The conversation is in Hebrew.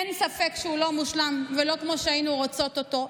אין ספק שהוא לא מושלם ולא כמו שהיינו רוצות אותו.